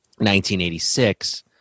1986